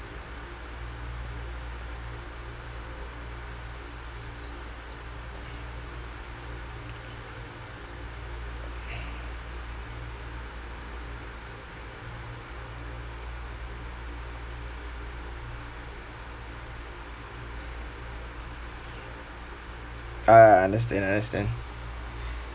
ah I understand understand